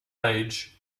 age